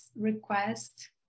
request